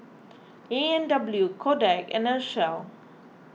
A and W Kodak and Herschel